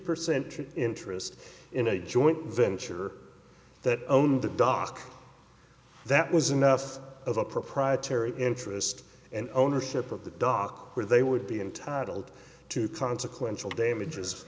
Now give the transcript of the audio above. percent interest in a joint venture that owned the dock that was enough of a proprietary interest and ownership of the dock where they would be entitled to consequential damages